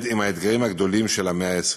עם האתגרים הגדולים של המאה ה-21.